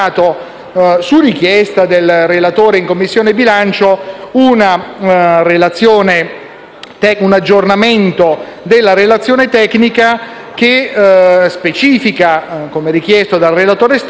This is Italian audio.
su richiesta del relatore in Commissione bilancio, un aggiornamento della relazione tecnica che specifica, come richiesto dal relatore stesso,